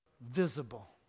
visible